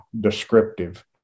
descriptive